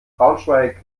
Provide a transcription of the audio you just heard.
braunschweig